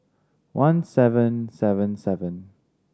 one seven seven seven